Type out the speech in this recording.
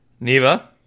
Neva